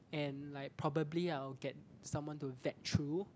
and like probably I'll get someone to vet through